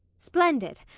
splendid!